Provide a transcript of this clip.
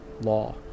law